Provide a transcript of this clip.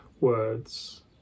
words